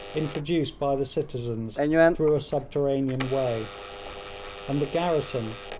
introduced by the citizens through a subterranean way and the garrison,